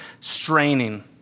straining